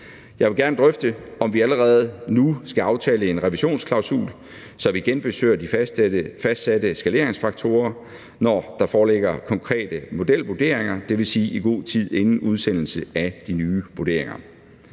Jeg vil gerne drøfte, om vi allerede nu skal aftale en revisionsklausul, så vi genbesøger de fastsatte skaleringsfaktorer, når der foreligger konkrete modelvurderinger, dvs. i god tid inden udsendelse af de nye vurderinger.